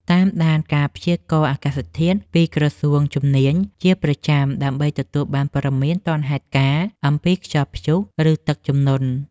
តាមដានការព្យាករណ៍អាកាសធាតុពីក្រសួងជំនាញជាប្រចាំដើម្បីទទួលបានព័ត៌មានទាន់ហេតុការណ៍អំពីខ្យល់ព្យុះ ឬ ទឹកជំនន់។